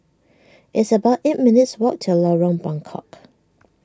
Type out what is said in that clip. it's about eight minutes' walk to Lorong Buangkok